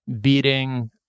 Beating